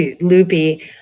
loopy